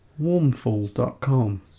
warmful.com